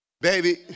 Baby